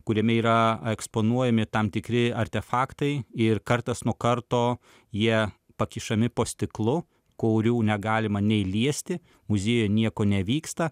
kuriame yra eksponuojami tam tikri artefaktai ir kartas nuo karto jie pakišami po stiklu kurių negalima nei liesti muziejuj nieko nevyksta